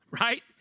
right